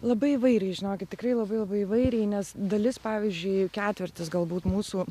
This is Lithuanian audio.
labai įvairiai žinokit tikrai labai labai įvairiai nes dalis pavyzdžiui ketvirtis galbūt mūsų